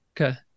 Okay